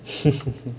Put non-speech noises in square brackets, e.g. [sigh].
[laughs]